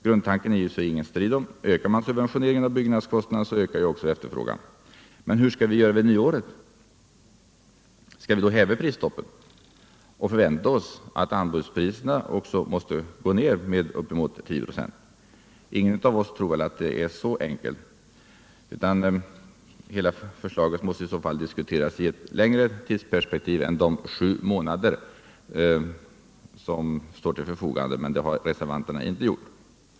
Grundtanken I Sig är det ju ingen strid om — ökar man subventioneringen av byggkostnaderna, så ökar ju också efterfrågan. Men hur skall vi göra vid nyåret? Skall vi häva prisstoppet och få vänta oss att anbudspriserna också går ner med uppemot 10 ”;? Ingen av oss tror väl att det är så enkelt. Hela förslaget måste diskuteras i ett längre perspektiv än de sju månader som står till förfogande, men det har reservanterna inte gjort.